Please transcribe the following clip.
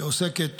שעוסקת